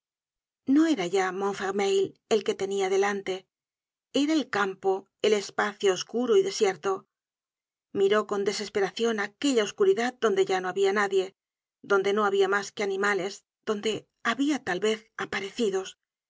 no era ya montfermeil el que tenia delante era el campo el espacio oscuro y desierto miró con desesperacion aquella oscuridad donde ya no habia nadie donde no habia mas que animales donde habia tal vez aparecidos